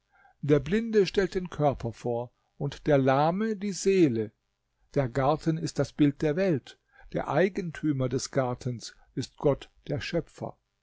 der blinde stellt den körper vor und der lahme die seele der garten ist das bild der welt der eigentümer des gartens ist gott der schöpfer